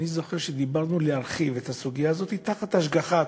אני זוכר שדיברנו על הרחבת הסוגיה הזאת תחת השגחה,